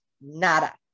Nada